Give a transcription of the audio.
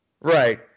Right